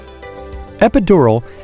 Epidural